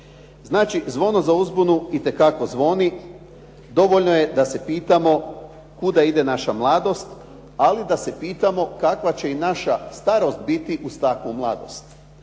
Znači, zvono za uzbunu itekako zvoni, dovoljno je da se pitamo kuda ide naša mladost ali da se pitamo kakva će i naša starost biti uz takvu mladost.